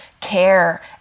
care